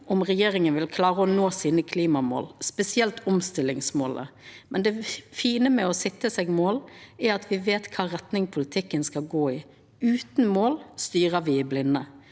om regjeringa vil klara å nå klimamåla sine, spesielt omstillingsmåla, men det fine med å setja seg mål er at me veit kva retning politikken skal gå i. Utan mål styrer me i blinde.